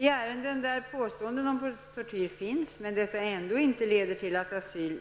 I ärenden där påståenden om tortyr finns med, men detta ändå inte leder till att asyl